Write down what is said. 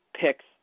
picks